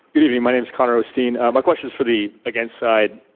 good evening. my name is connor osteen. my question is for the against side.